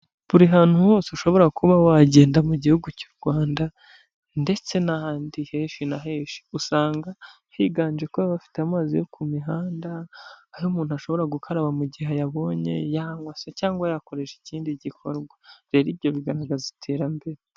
Buri hantu hose ushobora kuba wagenda mu gihugu cy'u Rwanda ndetse n'ahandi henshi na henshi usanga higanje kuba bafite amazi yo ku mihanda, ayo umuntu ashobora gukaraba mu gihe ayabonye yangwase cyangwa yayakoresha ikindi gikorwa, rero ibyo bigaragaza iterambere.